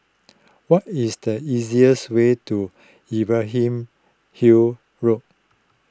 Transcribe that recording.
what is the easier way to Imbiah him Hill Road